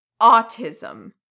autism